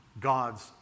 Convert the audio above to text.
God's